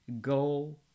go